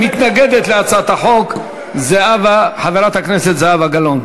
מתנגדת להצעת החוק חברת הכנסת זהבה גלאון.